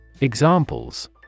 Examples